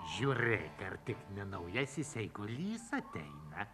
žiūrėk ar tik ne naujasis eigulys ateina